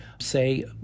say